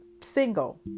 single